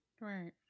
Right